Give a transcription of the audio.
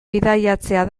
bidaiatzea